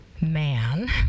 man